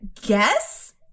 guess